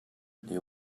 you